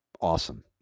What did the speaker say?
Awesome